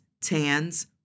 tans